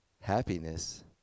happiness